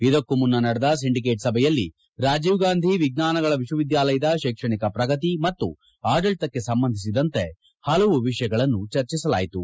ಇದಕ್ಕೂ ಮುನ್ನ ನಡೆದ ಸಿಂಡಿಕೇಟ್ ಸಭೆಯಲ್ಲಿ ರಾಜೀವ್ ಗಾಂಧಿ ವಿಜ್ಞಾನಗಳ ವಿಶ್ವವಿದ್ಯಾಲಯದ ಕೈಕ್ಷಣಿಕ ಪ್ರಗತಿ ಮತ್ತು ಆಡಳಿತಕ್ಕೆ ಸಂಬಂಧಿಸಿದಂತೆ ಹಲವು ವಿಷಯಗಳನ್ನು ಚರ್ಚಿಸಲಾಯಿತು